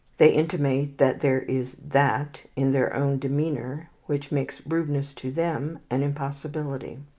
they intimate that there is that in their own demeanour which makes rudeness to them an impossibility.